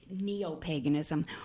neo-paganism